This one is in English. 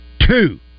two